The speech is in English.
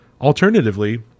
Alternatively